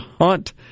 hunt